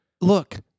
Look